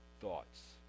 thoughts